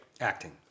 Acting